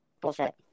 Bullshit